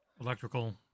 electrical